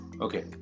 okay